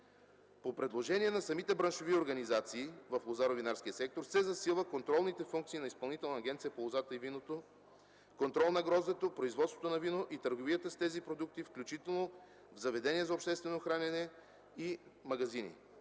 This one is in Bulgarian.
По предложение на самите браншови организации в лозаро-винарския сектор се засилват контролните функции на Изпълнителната агенция по лозата и виното по контрола на гроздето, производството на вино и търговията на тези продукти, включително в заведения за обществено хранене и магазини.